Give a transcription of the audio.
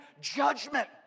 judgment